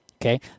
okay